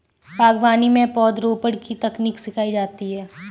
बागवानी में पौधरोपण की तकनीक सिखाई जाती है